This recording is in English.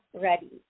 ready